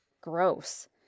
Gross